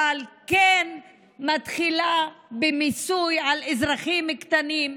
אבל כן מתחילה במיסוי על אזרחים קטנים,